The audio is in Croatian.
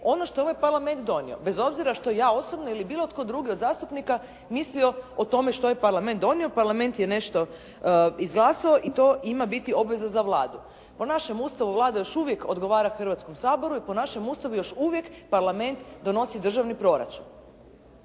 ono što je ovaj Parlament donio, bez obzira što ja osobno ili bilo tko drugi od zastupnika mislio o tome što je Parlament donio. Parlament je nešto izglasao i to ima obveza za Vladu. Po našem Ustavu Vlada još uvijek odgovara Hrvatskom saboru i po našem Ustavu još uvijek Parlament donosi državni proračun.